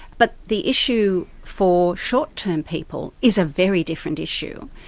but the issue for short-term people is a very different issue.